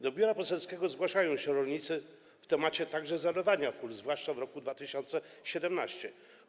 Do biura poselskiego zgłaszają się rolnicy w temacie zalewania pól, zwłaszcza w roku 2017.